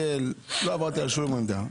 לא עברתי על שום עמדה.